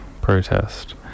protest